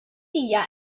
hija